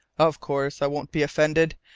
of course i won't be offended.